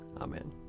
Amen